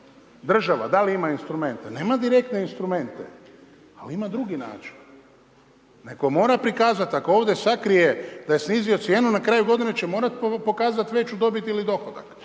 Država da li ima instrumente, nema direktne instrumente, ali ima drugi način. Netko mora prikazati, ako ovdje sakrije, da je snizio cijenu, na kraju godine će morati pokazati veću dobit ili dohodak,